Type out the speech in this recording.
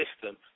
system